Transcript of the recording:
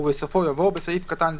ובסופו יבוא "(בסעיף קטן זה,